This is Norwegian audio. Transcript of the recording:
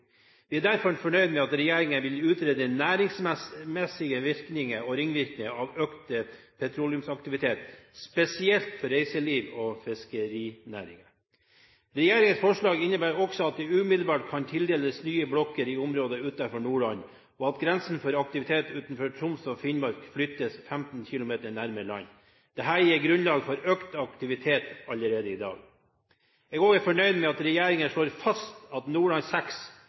Vi er derfor fornøyd med at regjeringen vil utrede næringsmessige virkninger og ringvirkninger av økt petroleumsaktivitet, spesielt for reiseliv og fiskerinæring. Regjeringens forslag innebærer også at det umiddelbart kan tildeles nye blokker i området utenfor Nordland, og at grensen for aktivitet utenfor Troms og Finnmark flyttes 15 km nærmere land. Dette gir grunnlag for økt aktivitet allerede i dag. Jeg er også fornøyd med at regjeringen slår fast at Nordland VI